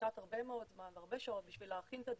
השקעת הרבה מאוד זמן והרבה שעות כדי להכין את הדיון,